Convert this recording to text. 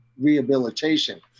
rehabilitation